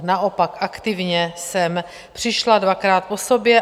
Naopak, aktivně jsem přišla dvakrát po sobě.